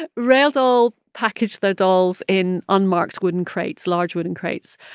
ah realdoll package their dolls in unmarked wooden crates, large wooden crates.